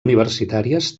universitàries